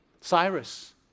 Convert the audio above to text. Cyrus